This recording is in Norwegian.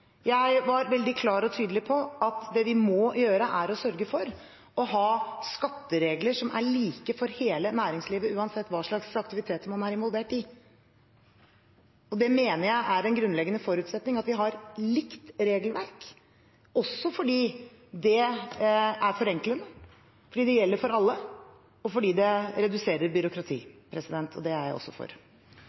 Jeg svarte i grunnen på Serigstad Valens spørsmål før han stilte det, nemlig i mitt hovedinnlegg. Jeg var veldig klar og tydelig på at det vi må gjøre, er å sørge for å ha skatteregler som er like for hele næringslivet, uansett hva slags aktiviteter man er involvert i. Jeg mener det er en grunnleggende forutsetning at vi har